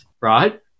right